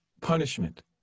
punishment